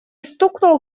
стукнул